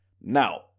Now